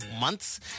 months